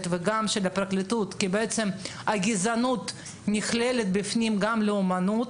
וגם של הפרקליטות שבתוך הגזענות נכללת בפנים גם לאומנות